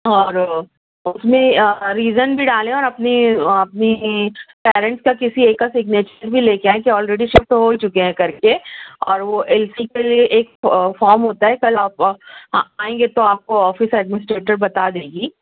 اور اس میں ریزن بھی ڈالیں اور اپنے اپنی پیرنسٹ کا کسی ایک کا سگنیچر بھی لے کے آئیں کہ آلریڈی شفٹ ہو چکے ہیں کر کے اور وہ ایل سی کے لیے ایک فارم ہوتا ہے کل آپ آ آئیں گے تو آفس ایڈمنسٹریٹر بتا دے گی